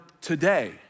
today